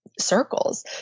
circles